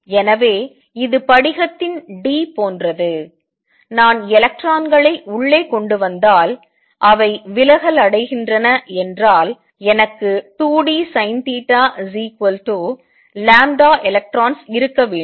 எனவே இது படிகத்தின் d போன்றது நான் எலக்ட்ரான்களை உள்ளே கொண்டு வந்தால் அவை விலகல் அடைகின்றன என்றால் எனக்கு 2 d sinelectrons இருக்க வேண்டும்